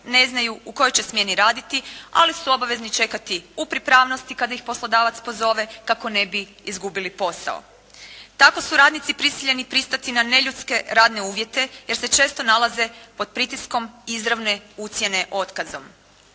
ne znaju u kojoj će smjeni raditi, ali su obavezni čekati u pripravnosti kada ih poslodavac pozove, kako ne bi izgubili posao. Tako su radnici prisiljeni pristati na neljudske radne uvjete, jer se često nalaze pod pritiskom izravne ucjene otkazom.